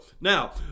Now